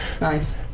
Nice